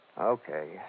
Okay